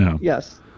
yes